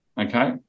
okay